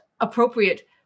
appropriate